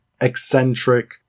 eccentric